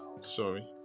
sorry